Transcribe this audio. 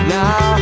now